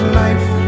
life